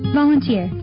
volunteer